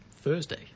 Thursday